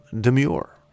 Demure